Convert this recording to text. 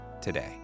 today